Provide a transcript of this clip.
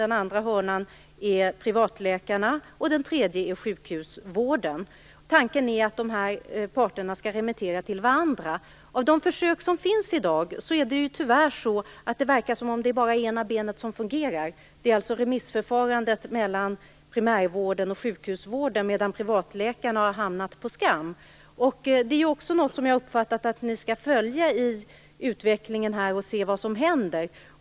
Den andra hörnan är privatläkarna, och den tredje är sjukhusvården. Tanken är att dessa parter skall remittera till varandra. I de försök som finns i dag verkar det tyvärr bara vara ena benet som fungerar. Det är alltså remissförfarandet mellan primärvården och sjukhusvården. Privatläkarna har hamnat på skam. Jag har uppfattat att ni skall följa utvecklingen och se vad som händer.